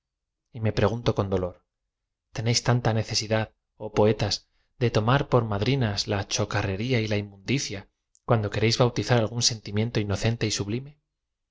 me pregunto con dolor te néis tanta neceaidad joh poetas de tomar por ma drinas la chocarrería y la inmundicia cuando queréis bautizar algún sentimiento docente y sublimev